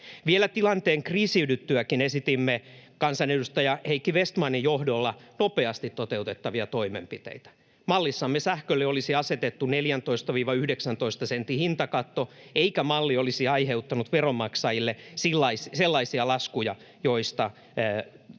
Vielä tilanteen kriisiydyttyäkin esitimme kansanedustaja Heikki Vestmanin johdolla nopeasti toteutettavia toimenpiteitä. Mallissamme sähkölle olisi asetettu 14—19 sentin hintakatto, eikä malli olisi aiheuttanut veronmaksajille sellaisia laskuja, joista tämä hallitus